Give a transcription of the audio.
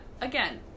again